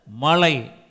Malay